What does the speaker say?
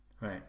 Right